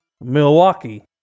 Milwaukee